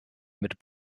mit